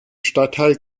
stadtteil